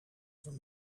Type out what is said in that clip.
from